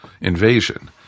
invasion